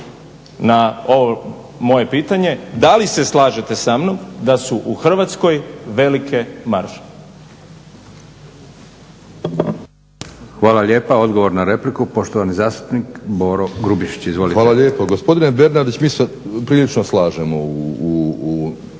na ovo moje pitanje, da li se slažete sa mnom da su u Hrvatskoj velike marže? **Leko, Josip (SDP)** Hvala lijepa. Odgovor na repliku poštovani zastupnik Boro Grubišić. **Grubišić, Boro (HDSSB)** Hvala lijepo. Gospodine Bernardić mi se prilično slažemo, da.